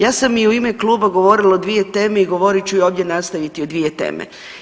Ja sam i u ime kluba govorila o dvije teme i govorit ću i ovdje nastaviti o dvije teme.